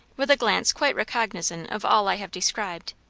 with a glance quite recognisant of all i have described,